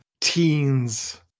Teens